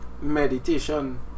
meditation